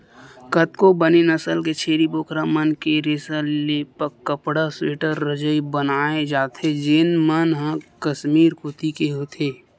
कतको बने नसल के छेरी बोकरा मन के रेसा ले कपड़ा, स्वेटर, रजई बनाए जाथे जेन मन ह कस्मीर कोती के होथे